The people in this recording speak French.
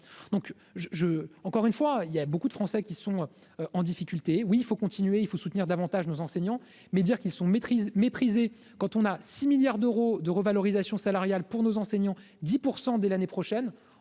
je, encore une fois, il y a beaucoup de Français qui sont en difficulté, oui il faut continuer, il faut soutenir davantage nos enseignants, mais dire qu'ils sont maîtrisés mépriser quand on a 6 milliards d'euros de revalorisation salariale pour nos enseignants 10 pour 100 dès l'année prochaine,